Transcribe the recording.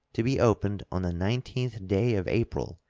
to be opened on the nineteenth day of april,